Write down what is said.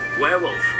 Werewolf